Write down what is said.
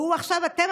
ועכשיו אתם,